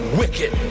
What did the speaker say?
wicked